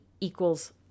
equals